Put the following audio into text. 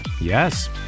yes